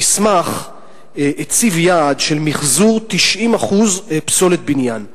המסמך הציב יעד של מיחזור 90% מפסולת הבניין.